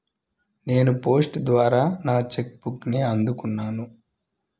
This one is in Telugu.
నేను పోస్ట్ ద్వారా నా చెక్ బుక్ని అందుకున్నాను